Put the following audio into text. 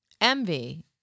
Envy